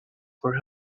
for